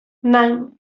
nine